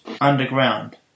underground